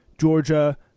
Georgia